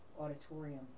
auditorium